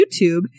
YouTube